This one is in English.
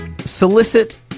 solicit